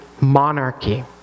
monarchy